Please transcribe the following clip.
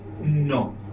no